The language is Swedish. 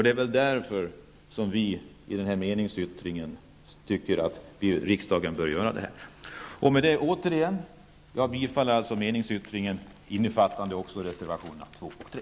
Det är därför som vi i vår meningsyttring framför vad vi anser att riksdagen bör göra i detta sammanhang. Med det anförda yrkar jag bifall till vänsterpartiets meningsyttring, vilket även innebär bifall till reservationerna 2 och 3.